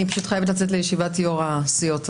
אני חייבת לצאת לישיבת יושבי ראש הסיעות,